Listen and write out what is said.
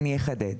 אני אחדד.